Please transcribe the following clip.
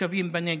התושבים בנגב.